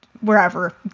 wherever